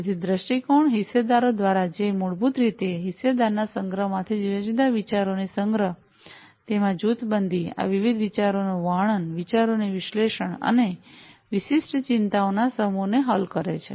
તેથી દૃષ્ટિકોણ હિસ્સેદારો દ્વારા છે જે મૂળભૂત રીતે હિસ્સેદારના સંગ્રહમાંથી જુદા જુદા વિચારોનો સંગ્રહ તેમાં જૂથબંધી આ વિવિધ વિચારોનું વર્ણન વિચારોનું વિશ્લેષણ અને વિશિષ્ટ ચિંતાઓના સમૂહને હલ કરે છે